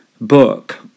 book